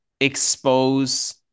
expose